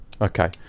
Okay